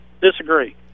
Disagree